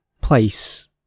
place